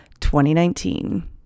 2019